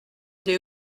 des